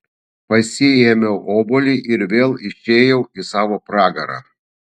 pasiėmiau obuolį ir vėl išėjau į savo pragarą